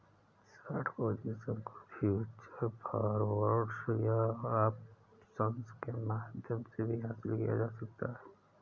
short position को futures, forwards या options के माध्यम से भी हासिल किया जाता है